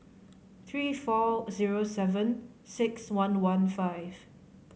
three four zero seven six one one five